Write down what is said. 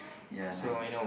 ya nice